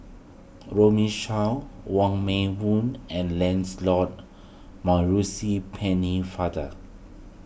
Runme Shaw Wong Meng Voon and Lancelot Maurice Pennefather